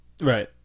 right